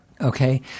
okay